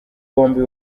bombi